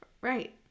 Right